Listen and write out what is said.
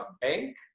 bank